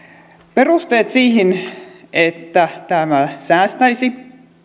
perusteet sille että tämä säästäisi